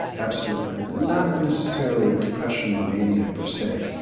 absolutely, not necessarily depression and mania per se,